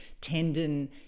tendon